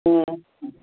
ए